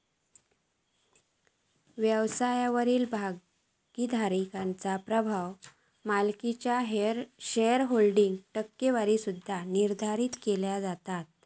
व्यवसायावरील भागोधारकाचो प्रभाव मालकीच्यो शेअरहोल्डिंग टक्केवारीद्वारा निर्धारित केला जाता